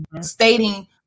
stating